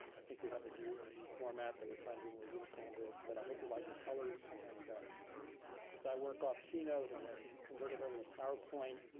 i think we have a new and format that we're trying to be more uniform with but i hope you like the colors. and since i work off keynote and then convert it over to powerpoint,